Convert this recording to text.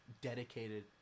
dedicated